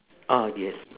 ah yes